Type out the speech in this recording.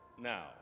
Now